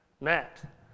Matt